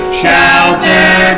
shelter